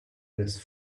this